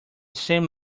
same